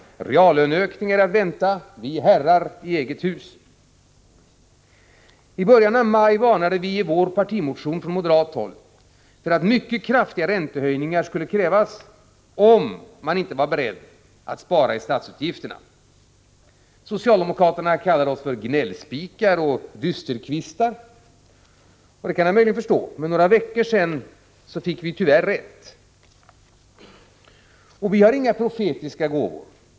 Reallöneökningar att vänta. Vi är herrar i eget hus. I början av maj varnade vi i vår partimotion från moderat håll för att mycket kraftiga räntehöjningar skulle krävas, om man inte var beredd att spara i statsutgifterna. Socialdemokraterna kallade oss för ”gnällspikar” och ”dysterkvistar”. Det kan jag möjligen förstå, men för några veckor sedan fick vi tyvärr rätt. Vi har inga profetiska gåvor.